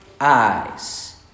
eyes